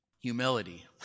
Humility